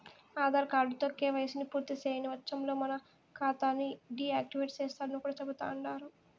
ఆదార్ కార్డుతో కేవైసీని పూర్తిసేయని వచ్చంలో మన కాతాని డీ యాక్టివేటు సేస్తరని కూడా చెబుతండారు